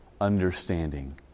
understanding